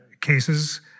cases